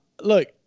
Look